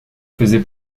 faisaient